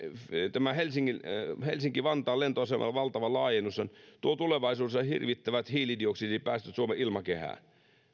tämä helsinki vantaan lentoaseman valtava laajennus tuo tulevaisuudessa hirvittävät hiilidioksidipäästöt suomen ilmakehään